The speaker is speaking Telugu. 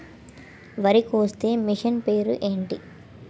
వరి కోసే మిషన్ పేరు ఏంటి